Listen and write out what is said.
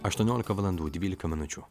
aštuoniolika valandų dvylika minučių